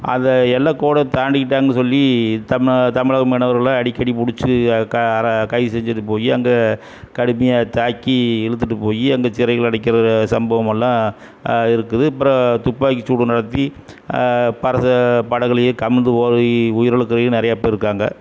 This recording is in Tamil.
அதை எல்லக்கோடை தாண்டிட்டாங்கன்னு சொல்லி தமி தமிழக மீனவர்கள அடிக்கடி பிடிச்சு க அற கைது செஞ்சிகிட்டு போய் அங்கே கடுமையாக தாக்கி இழுத்துகிட்டு போய் அந்த சிறையில் அடைக்கிற சம்பவம் எல்லாம் இருக்குது அப்புறம் துப்பாக்கி சூடு நடத்தி படகு படகிலையே கவிழ்ந்து போய் உயிர் இழக்குறவங்க நிறையா பேர் இருக்காங்கள்